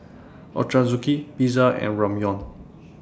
Ochazuke Pizza and Ramyeon